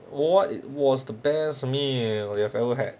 what was the best meal you've ever had